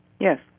Yes